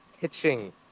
pitching